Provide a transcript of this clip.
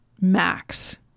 max